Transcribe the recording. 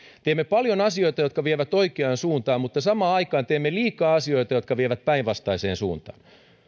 teemme paljon asioita jotka vievät oikeaan suuntaan mutta samaan aikaan teemme liikaa asioita jotka vievät päinvastaiseen suuntaan